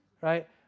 right